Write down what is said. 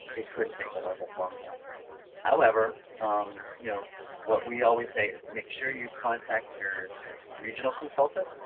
it could take a little bit longer however um you know what? we always say is make sure you contact your regional consultant